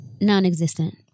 Non-existent